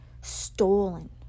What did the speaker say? stolen